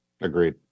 Agreed